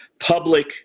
Public